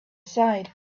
aside